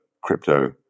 crypto